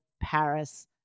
Paris